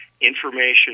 information